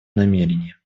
намерения